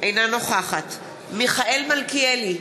אינה נוכחת מיכאל מלכיאלי,